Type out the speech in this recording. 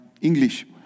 English